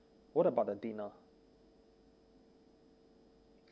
what about the dinner